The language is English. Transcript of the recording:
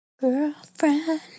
Girlfriend